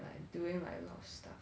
like doing like a lot of stuff